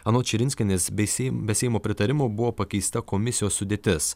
anot širinskienės besi be seimo pritarimo buvo pakeista komisijos sudėtis